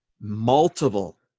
multiple